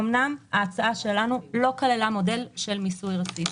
אמנם ההצעה שלנו לא כללה מודל של מיסוי רציף,